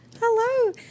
Hello